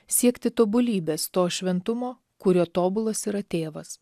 siekti tobulybės to šventumo kuriuo tobulas yra tėvas